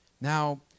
Now